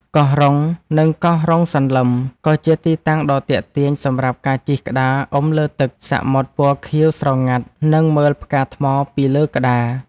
កោះរ៉ុង និងកោះរ៉ុងសន្លឹម ក៏ជាទីតាំងដ៏ទាក់ទាញសម្រាប់ការជិះក្តារអុំលើទឹកសមុទ្រពណ៌ខៀវស្រងាត់ និងមើលផ្កាថ្មពីលើក្តារ។